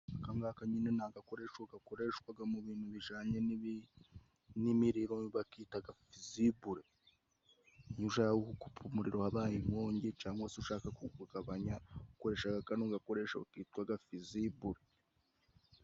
Akangaka nyine ni agakoresho gakoreshwa mu bintu bijyananye n'imiriro, bakita fizibure, nkiyo ushaka gukupa umuriro wabaye inkongi cyangwa se ushaka kugabanya ukoresha aka gakoresho kitwa fizibure.